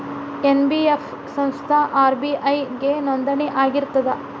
NBF ಸಂಸ್ಥಾ RBI ಗೆ ನೋಂದಣಿ ಆಗಿರ್ತದಾ?